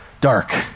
dark